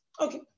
Okay